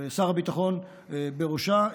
ושר הביטחון בראשה,